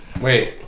Wait